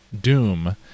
Doom